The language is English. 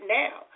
now